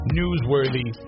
newsworthy